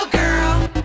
girl